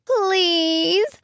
Please